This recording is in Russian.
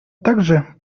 также